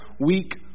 weak